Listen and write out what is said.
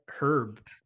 Herb